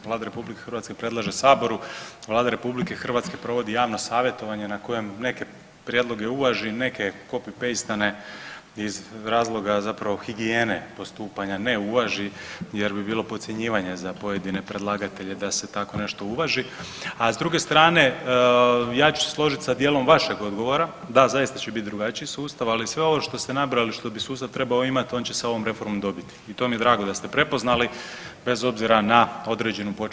Vlada RH predlaže Saboru, Vlada RH provodi javno savjetovanje na kojem neke prijedloge uvaži, a neke copy-paste-ne iz razloga zapravo higijene postupanja ne uvaži jer bi bilo podcjenjivanje za pojedine predlagatelj da se tako nešto uvaži, a s druge strane ja ću se složiti sa dijelom vašeg odgovora, da, zaista će biti drugačiji sustav, ali sve ovo što ste nabrojali i što bi sustav trebao imati on će se ovom reformom dobiti i to mi je drago da ste prepoznali, bez obzira na određenu početnu kritiku ovog zakona.